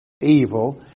evil